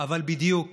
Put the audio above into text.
אבל בדיוק